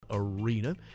arena